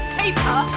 paper